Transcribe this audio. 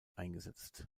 eingesetzt